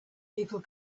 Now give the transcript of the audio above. people